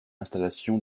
installation